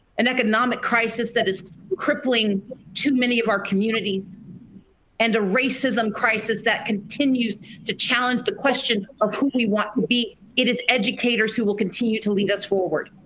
an economic crisis that is crippling to many of our communities and a racism crisis that continues to challenge the question of who we want to be. it is educators who will continue to lead us forward.